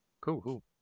Cool